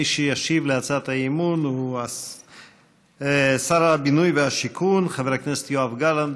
מי שישיב על הצעת האי-אמון הוא שר הבינוי והשיכון חבר הכנסת יואב גלנט.